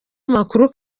amakuru